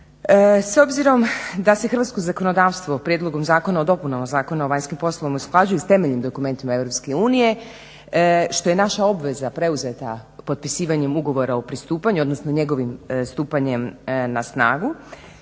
S obzirom da se hrvatsko zakonodavstvo Prijedlogom Zakona o dopunama Zakona o vanjskim poslovima usklađuju sa temeljnim dokumentima Europske unije što je i naša obveza preuzeta potpisivanjem ugovora o pristupanju odnosno njegovim stupanjem na snagu.